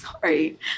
Sorry